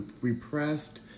repressed